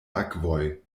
akvoj